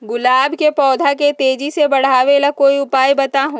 गुलाब के पौधा के तेजी से बढ़ावे ला कोई उपाये बताउ?